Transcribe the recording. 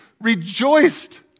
rejoiced